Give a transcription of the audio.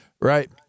right